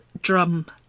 drum